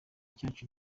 cyacu